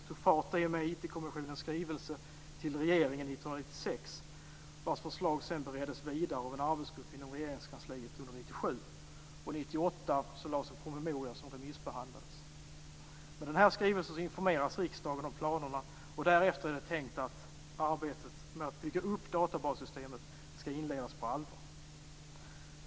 Det tog fart i och med IT kommissionens skrivelse till regeringen år 1996 vars förslag sedan bereddes vidare av en arbetsgrupp inom Regeringskansliet år 1997. År 1998 lades det fram en promemoria som remissbehandlades. Med den här skrivelsen informeras riksdagen om planerna, och därefter är det tänkt att arbetet med att bygga upp databassystemet skall inledas på allvar.